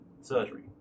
surgery